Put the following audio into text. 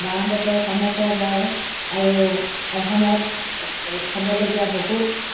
বাঁহ বেতৰ কামো পোৱা যায় আৰু অসমত চাবলগীয়া বহুত